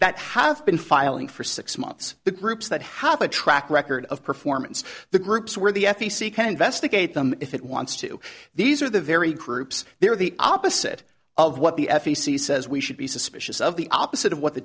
that have been filing for six months the groups that have a track record of performance the groups where the f e c can vest the gate them if it wants to these are the very groups they are the opposite of what the f e c says we should be suspicious of the opposite of what the